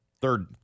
third